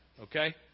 okay